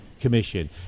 commission